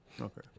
Okay